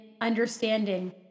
understanding